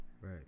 Right